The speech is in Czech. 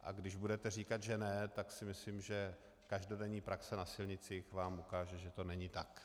A když budete říkat, že ne, tak si myslím, že každodenní praxe na silnici vám ukáže, že to není tak.